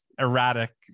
erratic